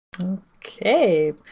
Okay